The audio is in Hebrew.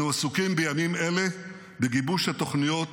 אנו עסוקים בימים אלה בגיבוש התוכניות